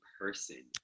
person